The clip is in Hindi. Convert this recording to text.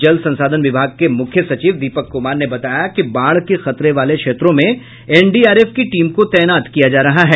जल संसाधन विभाग के मुख्य सचिव दीपक कुमार ने बताया कि बाढ़ के खतरे वाले क्षेत्रों में एनडीएआरएफ की टीम को तैनात किया जा रहा है